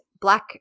black